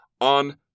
on